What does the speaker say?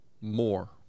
more